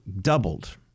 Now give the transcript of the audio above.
doubled